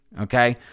okay